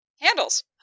handles